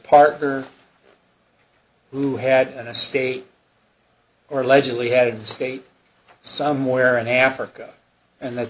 partner who had a state or allegedly had a state somewhere in africa and th